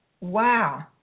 wow